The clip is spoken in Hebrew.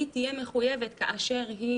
היא תהיה מחויבת כאשר היא